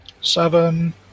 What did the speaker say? Seven